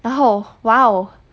然后 !wow!